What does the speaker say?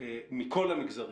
מכל המגזרים,